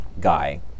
guy